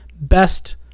best